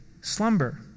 slumber